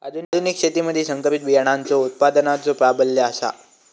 आधुनिक शेतीमधि संकरित बियाणांचो उत्पादनाचो प्राबल्य आसा